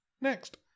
next